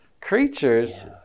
creatures